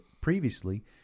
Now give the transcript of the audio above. previously